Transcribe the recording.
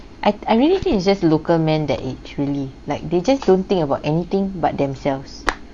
I I really think it's just local men that actually like they just don't think about anything but themselves